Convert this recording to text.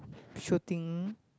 shooting